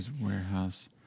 Warehouse